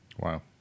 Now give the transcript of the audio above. Wow